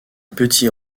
petits